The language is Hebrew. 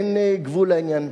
אין גבול לעניין.